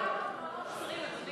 מעונות חסרים, אדוני.